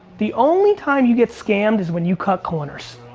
the only time you get scammed is when you cut corners.